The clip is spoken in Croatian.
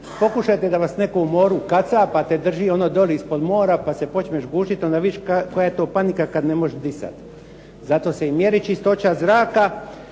Pokušajte da vas netko u moru ukaca pa te drži ono doli ispod mora, pa se počneš gušiti. Onda vidiš koja je to panika kad ne možeš disati. Zato se i mjeri čistoća zraka,